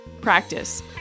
practice